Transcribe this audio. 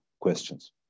questions